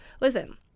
listen